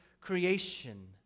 creation